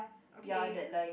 ya they lying